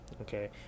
okay